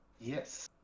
yes